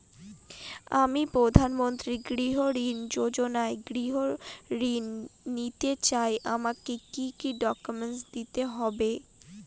আমি প্রধানমন্ত্রী গৃহ ঋণ যোজনায় গৃহ ঋণ নিতে চাই আমাকে কি কি ডকুমেন্টস দিতে হবে?